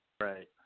right